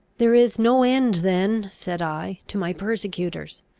there is no end then, said i, to my persecutors!